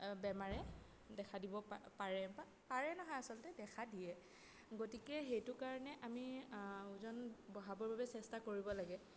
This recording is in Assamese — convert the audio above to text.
বেমাৰে দেখা দিব পাৰে বা পাৰে নহয় আচলতে দেখা দিয়ে গতিকে সেইটো কাৰণে আমি ওজন বঢ়াবৰ বাবে চেষ্টা কৰিব লাগে